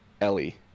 Ellie